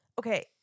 Okay